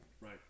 Right